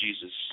Jesus